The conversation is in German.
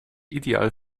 ideal